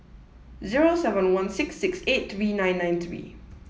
zero seven one six six eight three nine nine three